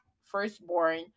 firstborn